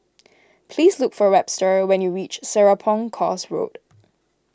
please look for Webster when you reach Serapong Course Road